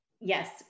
yes